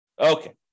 Okay